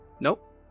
Nope